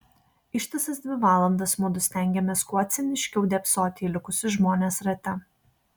ištisas dvi valandas mudu stengėmės kuo ciniškiau dėbsoti į likusius žmones rate